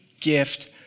gift